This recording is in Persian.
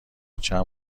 چند